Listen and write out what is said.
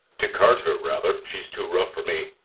to cart her rather she's too rough for me.